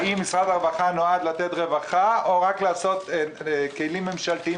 האם משרד הרווחה נועד לתת רווחה או רק לבנות כלים ממשלתיים